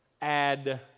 add